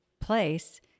place